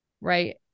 Right